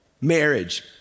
marriage